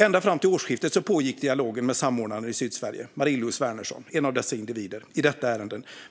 Ända fram till årsskiftet pågick dialogen i detta ärende med samordnaren i Sydsverige, Mari-Louise Wernersson, som är en dessa individer.